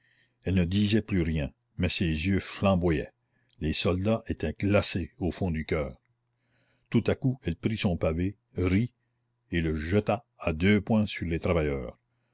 elle ne disait plus rien mais ses yeux flamboyaient les soldats étaient glacés au fond du coeur tout à coup elle prit son pavé rit et le jeta à deux poings sur les travailleurs